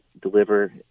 deliver